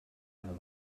wenn